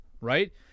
Right